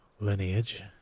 lineage